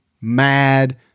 mad